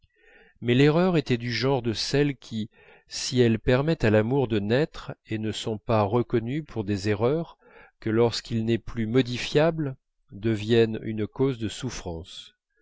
mais l'erreur était du genre de celles qui si elles permettent à l'amour de naître et ne sont reconnues pour des erreurs que lorsqu'il n'est plus modifiable deviennent une cause de souffrances